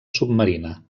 submarina